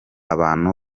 abantu